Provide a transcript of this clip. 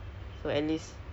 oh ya